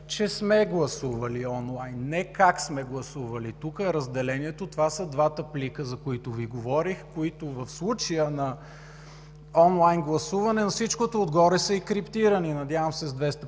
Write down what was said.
че сме гласували онлайн, а не как сме гласували. Тук е разделението. Това са двата плика, за които Ви говорих, които в случая на онлайн гласуване на всичкото отгоре са и криптирани, надявам се с 256